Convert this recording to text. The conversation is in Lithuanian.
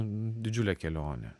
didžiulė kelionė